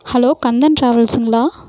hello Kandan ட்ராவல்ஸுங்களா